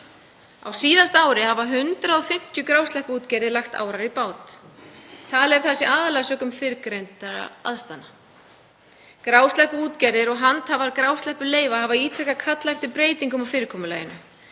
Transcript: Á síðasta ári hafa 150 grásleppuútgerðir lagt árar í bát. Talið er að það sé aðallega sökum fyrrgreindra aðstæðna. Grásleppuútgerðir og handhafar grásleppuleyfa hafa ítrekað kallað eftir breytingum á fyrirkomulaginu.